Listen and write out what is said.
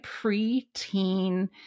preteen